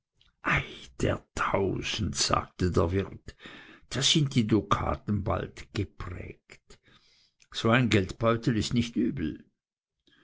der tausend sagte der wirt da sind die dukaten bald geprägt so ein geldbeutel ist nicht übel